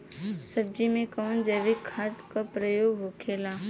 सब्जी में कवन जैविक खाद का प्रयोग होखेला?